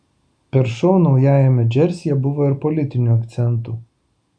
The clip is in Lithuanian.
per šou naujajame džersyje buvo ir politinių akcentų